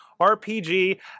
RPG